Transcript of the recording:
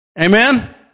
Amen